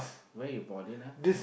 where you bought it ah